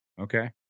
Okay